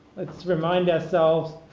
let's remind ourselves,